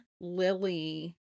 Lily